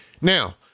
Now